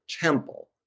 temple